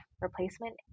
replacement